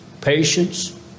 patience